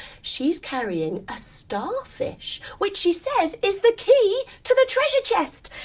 she's carrying a starfish which she says is the key to the treasure chest.